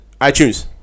iTunes